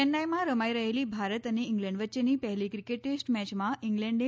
ચેન્નાઈમાં રમાઈ રહેલી ભારત અને ઈંગ્લેન્ડ વચ્ચેની પહેલી ક્રિકેટ ટેસ્ટ મેચમાં ઈંગ્લેન્ડે